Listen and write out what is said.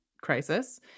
crisis